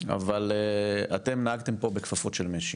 אבל אתם נהגתם פה בכפפות של משי,